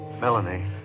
Melanie